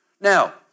Now